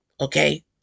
Okay